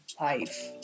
life